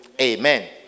Amen